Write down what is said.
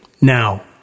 now